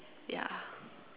yeah